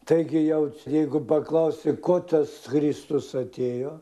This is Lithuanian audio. taigi jau jeigu paklausi ko tas kristus atėjo